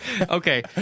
okay